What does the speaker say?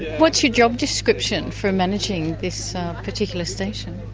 what's your job description for managing this particular station?